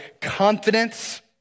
confidence